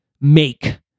Make